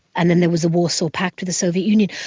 and then there was the warsaw pact of the soviet union.